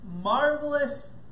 marvelous